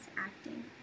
acting